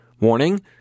Warning